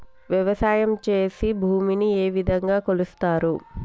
వ్యవసాయం చేసి భూమిని ఏ విధంగా కొలుస్తారు?